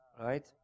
right